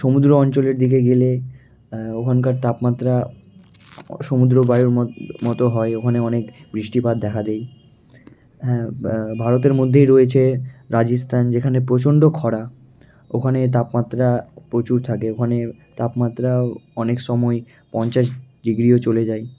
সমুদ্র অঞ্চলের দিকে গেলে ওইখানকার তাপমাত্রা সমুদ্র বায়ুর মতো হয় ওখানে অনেক বৃষ্টিপাত দেখা দেয় হ্যাঁ ভারতের মধ্যেই রয়েছে রাজস্তান যেখানে প্রচণ্ড খরা ওখানে তাপমাত্রা প্রচুর থাকে ওখানে তাপমাত্রাও অনেক সময় পঞ্চাশ ডিগ্রিও চলে যায়